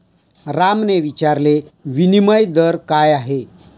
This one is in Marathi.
रामने विचारले, विनिमय दर काय आहे?